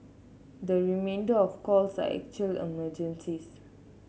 the remainder of calls are actual emergencies